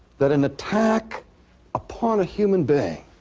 that an attack upon a human being